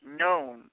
known